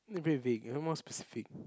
that's very vague I want more specific